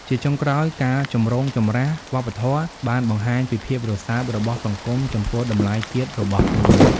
ជាចុងក្រោយ ការចម្រូងចម្រាសវប្បធម៌បានបង្ហាញពីភាពរសើបរបស់សង្គមចំពោះតម្លៃជាតិរបស់ខ្លួន។